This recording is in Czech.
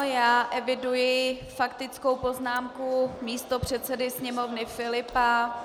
Já eviduji faktickou poznámku místopředsedy Sněmovny Filipa.